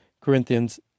Corinthians